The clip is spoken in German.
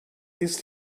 ist